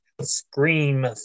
Scream